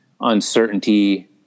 uncertainty